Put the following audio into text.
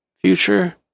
future